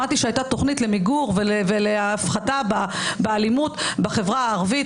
שמעתי שהייתה תוכנית למיגור ולהפחתה באלימות בחברה הערבית,